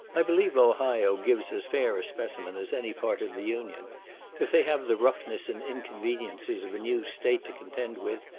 i believe ohio gives as fair a specimen as any part of the union if they have the roughness and inconveniences of a new state to contend with,